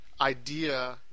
idea